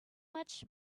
much